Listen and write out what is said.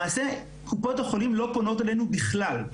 למעשה קופות החולים לא פונות אלינו בכלל.